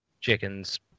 Chicken's